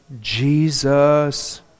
Jesus